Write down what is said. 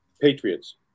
Patriots